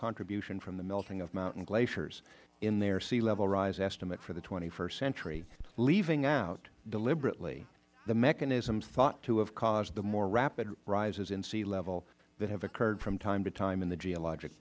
contribution from the melting of mountain glaciers in their sea level rise estimate for the st century leaving out deliberately the mechanism thought to have caused the more rapid rises in sea level that have occurred from time to time in the geologic